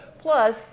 Plus